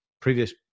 previous